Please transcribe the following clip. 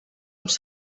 uns